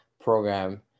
program